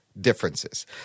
Differences